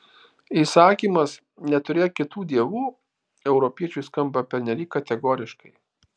įsakymas neturėk kitų dievų europiečiui skamba pernelyg kategoriškai